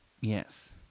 Yes